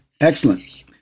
Excellent